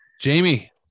Jamie